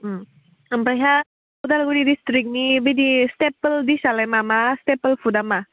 ओमफायहा उदालगुरि ड्रिस्ट्रिक्टनि बिदि स्टेफोल डिसालाय मा स्टेपोल फुडआ मा